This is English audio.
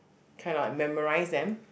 kind of like memorise them